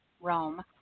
Rome